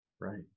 Right